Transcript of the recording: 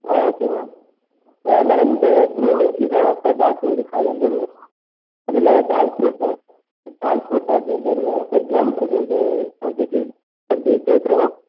ஆ okay ma'am ah madam இந்த க்ரூமிங்க்கு தான் பெர் டாக்கு வந்து ஃபைவ் ஹண்ட்ரட் வரும் அதில்லாம ட்ரான்ஸ்போர்ட் சார்ஜ் ட்ரான்ஸ்போர்ட் சார்ஜ் வந்து என்ன பர் கிலோமீட்டருக்கு வந்து செவெண்ட்டி செவெண்ட்டி கேக்கிறோம்